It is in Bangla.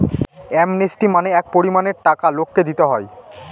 অ্যামনেস্টি মানে এক পরিমানের টাকা লোককে দিতে হয়